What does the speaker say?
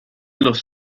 los